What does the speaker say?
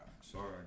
Sorry